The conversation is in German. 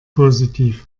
positiv